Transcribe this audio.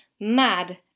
mad